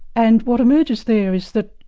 and what emerges there is that